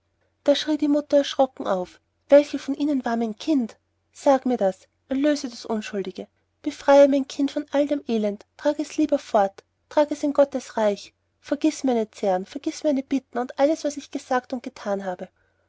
da schrie die mutter erschrocken auf welche von ihnen war mein kind sage mir das erlöse das unschuldige befreie mein kind von all dem elend trage es lieber fort trage es in gottes reich vergiß meine zähren vergiß meine bitten und alles was ich gesagt und gethan habe